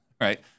right